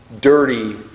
dirty